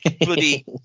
bloody